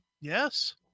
Yes